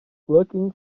looking